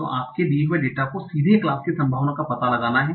तो आपको दिए गए डेटा को सीधे क्लास की संभावना का पता लगाना है